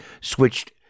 switched